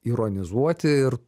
ironizuoti ir